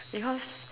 because